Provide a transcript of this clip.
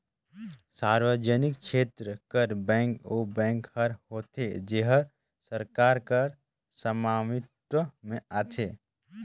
सार्वजनिक छेत्र कर बेंक ओ बेंक हर होथे जेहर सरकार कर सवामित्व में आथे